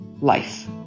life